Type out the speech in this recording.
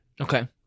Okay